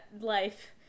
life